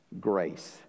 Grace